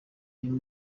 uyu